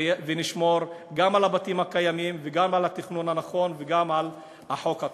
ונשמור גם על הבתים הקיימים וגם על התכנון הנכון וגם על החוק עצמו.